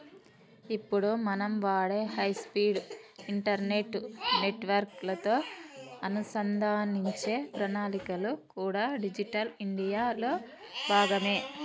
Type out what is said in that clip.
ఇప్పుడు మనం వాడే హై స్పీడ్ ఇంటర్నెట్ నెట్వర్క్ లతో అనుసంధానించే ప్రణాళికలు కూడా డిజిటల్ ఇండియా లో భాగమే